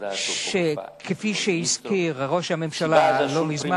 שכפי שהזכיר ראש הממשלה קודם,